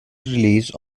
release